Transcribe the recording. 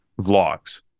vlogs